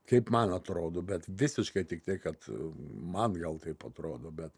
kaip man atrodo bet visiškai tik tiek kad man gal taip atrodo bet